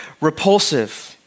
Repulsive